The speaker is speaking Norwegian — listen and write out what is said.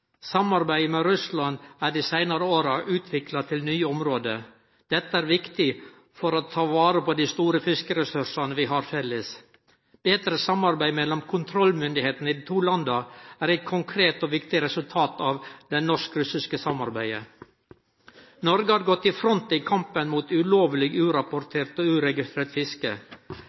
Samarbeidet med Russland er dei seinare åra utvida til nye område. Dette er viktig for å ta vare på dei store fiskeressursane vi har felles. Betre samarbeid mellom kontrollmyndigheitene i dei to landa er eit konkret og viktig resultat av det norsk-russiske samarbeidet. Noreg har gått i front i kampen mot ulovleg, urapportert og uregistrert fiske.